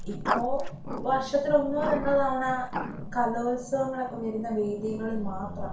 ഇപ്പോള് വർഷത്തിലൊന്നോ രണ്ടോ തവണ കലോത്സവങ്ങളൊക്കെ വരുന്ന വേദികളിൽ മാത്രം